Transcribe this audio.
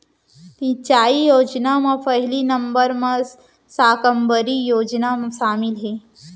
सिंचई योजना म पहिली नंबर म साकम्बरी योजना सामिल हे